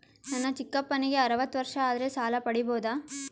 ನನ್ನ ಚಿಕ್ಕಪ್ಪನಿಗೆ ಅರವತ್ತು ವರ್ಷ ಆದರೆ ಸಾಲ ಪಡಿಬೋದ?